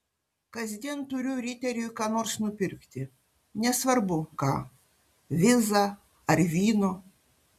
kasdien turiu riteriui ką nors nupirkti nesvarbu ką vizą ar vyno